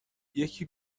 یکی